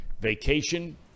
vacation